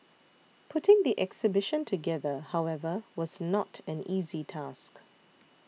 putting the exhibition together however was not an easy task